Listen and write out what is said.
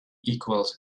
equals